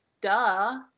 duh